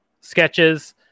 sketches